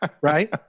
Right